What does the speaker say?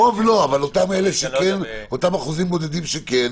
הרוב לא, אבל אותם אחוזים בודדים שכן